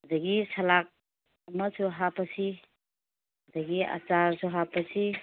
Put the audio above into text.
ꯑꯗꯒꯤ ꯁꯂꯥꯛ ꯑꯃꯁꯨ ꯍꯥꯞꯄꯁꯤ ꯑꯗꯒꯤ ꯑꯆꯥꯔꯁꯨ ꯍꯥꯞꯄꯁꯤ